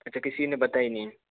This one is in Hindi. अच्छा किसी ने बताया नहीं